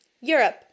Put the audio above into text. Europe